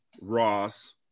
Ross